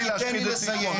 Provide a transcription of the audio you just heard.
שתיתן לי לסיים.